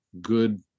good